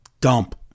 dump